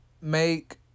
make